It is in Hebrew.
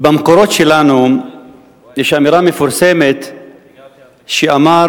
במקורות שלנו יש אמירה מפורסמת שאמר